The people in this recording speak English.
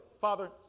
Father